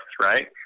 right